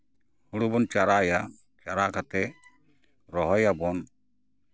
ᱦᱳᱲᱳ ᱵᱚᱱ ᱪᱟᱨᱟᱭᱟ ᱪᱟᱨᱟ ᱠᱟᱛᱮᱜ ᱨᱚᱦᱚᱭ ᱟᱵᱚᱱ